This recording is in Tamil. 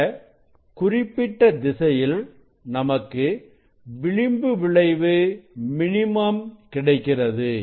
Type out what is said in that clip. இந்த குறிப்பிட்ட திசையில் நமக்கு விளிம்பு விளைவு மினிமம் கிடைக்கிறது